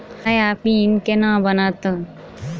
नया पिन केना बनत?